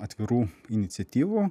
atvirų iniciatyvų